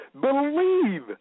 believe